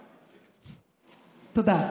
תודה.